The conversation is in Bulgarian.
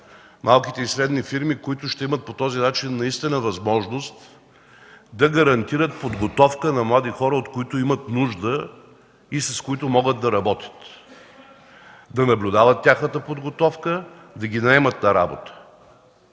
малките и средни фирми, които по този начин наистина ще имат възможност да гарантират подготовка на млади хора, от които имат нужда и с които могат да работят, да наблюдават тяхната подготовка и да ги наемат на работа.